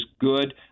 good